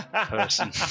person